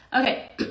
Okay